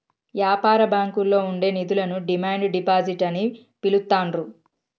యాపార బ్యాంకుల్లో ఉండే నిధులను డిమాండ్ డిపాజిట్ అని పిలుత్తాండ్రు